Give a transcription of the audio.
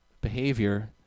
behavior